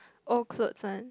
old clothes one